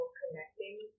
connecting